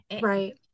Right